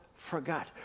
Forgot